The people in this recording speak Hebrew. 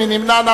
מי נמנע?